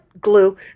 Glue